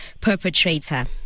perpetrator